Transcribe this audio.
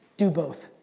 do both.